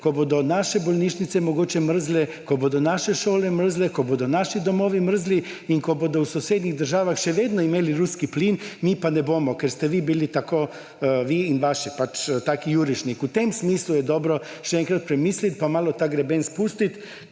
ko bodo naše bolnišnice mogoče mrzle, ko bodo naše šole mrzle, ko bodo naši domovi mrzli in ko bodo v sosednjih državah še vedno imeli ruski plin, mi pa ga ne bomo, ker ste bili vi – vi in vaši pač – tak jurišnik. V tem smislu je dobro še enkrat premisliti in malo ta greben spustiti.